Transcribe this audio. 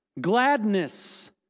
gladness